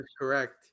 correct